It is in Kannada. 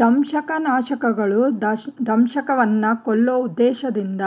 ದಂಶಕನಾಶಕಗಳು ದಂಶಕವನ್ನ ಕೊಲ್ಲೋ ಉದ್ದೇಶ್ದಿಂದ